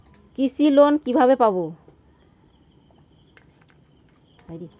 কৃষি লোন কিভাবে পাব?